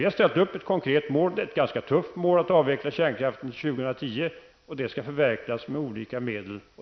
Vi har ställt upp ett konkret mål. Det är ett ganska tufft mål att avveckla kärnkraften fram till år 2010. Det skall förverkligas med olika medel.